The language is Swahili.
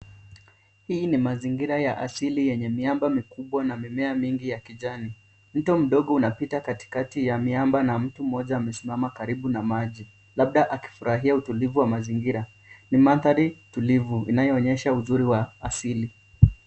Hii ni mazingira ya asili yenye miamba mikubwa na mimea mengi ya kijani. Mto mdogo unapita katikati ya miamba na mtu mmoja amesimama karibu na maji. Labda akifurahia utulivu wa mazingira. Ni mandhari tulivu inayonyesha uzuri wa asili.